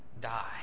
die